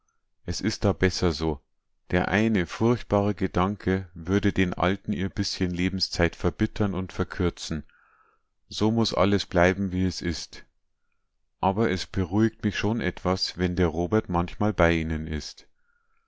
es ist da besser so der eine furchtbare gedanke würde den alten ihr bißchen lebenszeit verbittern und verkürzen so muß alles bleiben wie es ist aber es beruhigt mich schon etwas wenn der robert manchmal bei ihnen ist